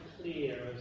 clear